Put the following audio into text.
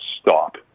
stop